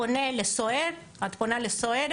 פונה לסוהר, את פונה לסוהרת,